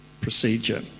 procedure